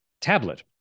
tablet